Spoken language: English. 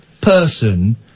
person